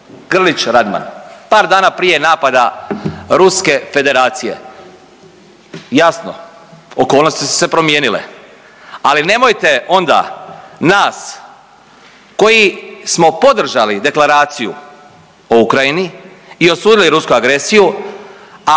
Grlić Radman, par dana prije napada Ruske Federacije. Jasno, okolnosti su se promijenile, ali nemojte onda nas koji smo podržali Deklaraciju o Ukrajini i osudili rusku agresiju,